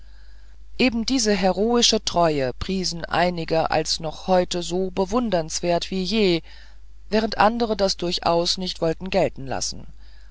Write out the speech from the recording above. eben diese heroische treue priesen einige als noch heute so bewundernswert wie je während andere das durchaus nicht wollten gelten lassen